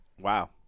Wow